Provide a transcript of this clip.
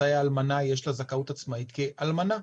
אז האלמנה יש לה זכאות עצמאית כאלמנה.